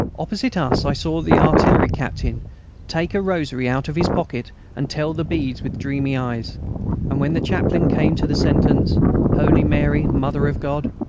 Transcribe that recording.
opposite us i saw the artillery captain take a rosary out of his pocket and tell the beads with dreamy eyes and when the chaplain came to the sentence holy mary, mother of god.